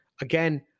again